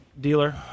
dealer